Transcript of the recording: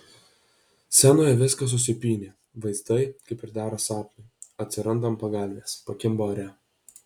scenoje viskas susipynę vaizdai kaip ir dera sapnui atsiranda ant pagalvės pakimba ore